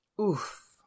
Oof